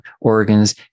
organs